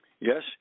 yes